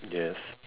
yes